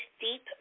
deep